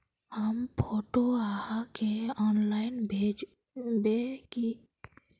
हम फोटो आहाँ के ऑनलाइन भेजबे की?